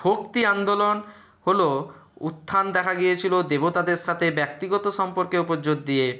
ভক্তি আন্দোলন হলো উত্থান দেখা গিয়েছিলো দেবতাদের সাথে ব্যক্তিগত সম্পর্কের ওপর জোর দিয়ে